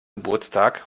geburtstag